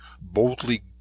boldly